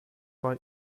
war